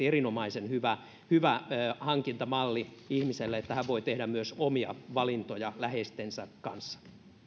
erinomaisen hyvä hyvä hankintamalli ihmiselle että hän voi tehdä myös omia valintoja läheistensä kanssa